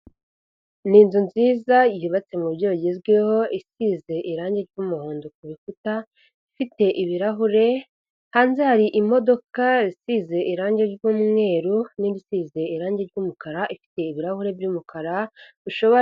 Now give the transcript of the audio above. Ni inzu nziza yubatse mu buryo bugezweho, isize irange ry'umuhondo kukuta, ifite ibirahure, hanze hari imodoka isize irangi ry'umweru n'isize irange ry'umukara, ifite ibirahuri by'umukara, bishobora...